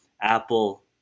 Apple